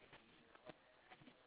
oh cause you felt bad